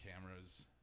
cameras